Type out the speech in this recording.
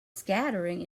scattering